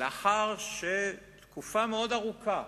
לאחר שתקופה מאוד ארוכה,